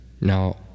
Now